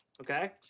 Okay